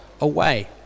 away